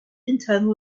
internal